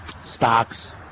stocks